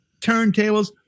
turntables